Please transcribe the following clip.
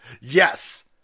Yes